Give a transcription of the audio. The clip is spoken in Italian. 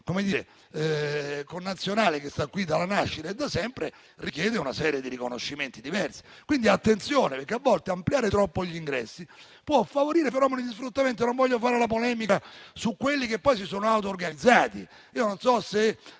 nostro connazionale, che sta qui dalla nascita, da sempre, e richiede una serie di riconoscimenti diversi. Occorre quindi fare attenzione, perché a volte ampliare troppo gli ingressi può favorire fenomeni di sfruttamento. Non voglio fare la polemica su quelli che poi si sono autorganizzati. Non so se